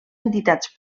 entitats